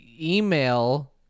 email